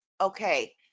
Okay